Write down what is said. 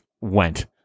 went